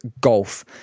golf